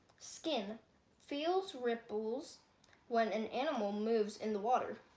skin feels ripples when an animal moves in the water.